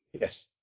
Yes